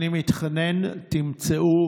אני מתחנן, תמצאו